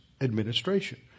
administration